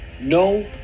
no